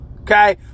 okay